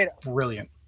brilliant